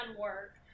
work